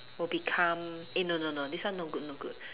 will become eh no no no this one no good no good